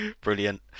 Brilliant